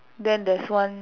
then there's one